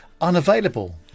unavailable